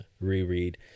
reread